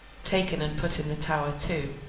taken and put in the tower too,